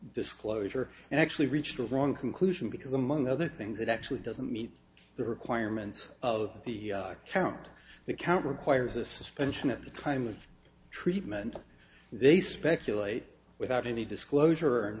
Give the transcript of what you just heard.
disclosure and actually reached a wrong conclusion because among other things it actually doesn't meet the requirements of the count the count requires a suspension of the kind of treatment they speculate without any disclosure and